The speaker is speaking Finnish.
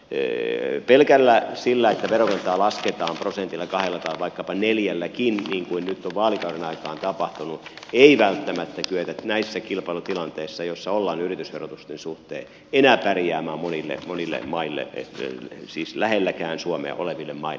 pelkällä sillä että verokantaa lasketaan prosentilla kahdella tai vaikkapa neljälläkin niin kuin nyt on vaalikauden aikaan tapahtunut ei välttämättä kyetä näissä kilpailutilanteissa joissa ollaan yritysverotusten suhteen enää pärjäämään monille maille siis lähelläkään suomea oleville maille